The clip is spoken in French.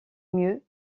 mieux